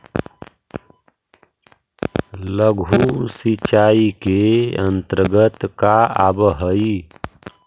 लघु सिंचाई के अंतर्गत का आव हइ?